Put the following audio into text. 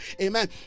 amen